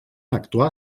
actuar